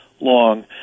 long